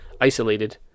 isolated